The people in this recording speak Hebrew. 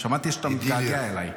שמעתי שאתה מתגעגע אליי.